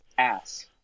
ass